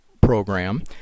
Program